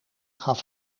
gaf